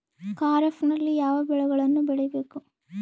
ಖಾರೇಫ್ ನಲ್ಲಿ ಯಾವ ಬೆಳೆಗಳನ್ನು ಬೆಳಿಬೇಕು?